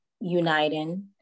uniting